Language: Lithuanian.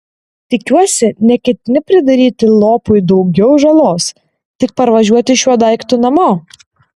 tikiuosi neketini pridaryti lopui daugiau žalos tik parvažiuoti šiuo daiktu namo